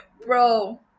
Bro